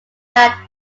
that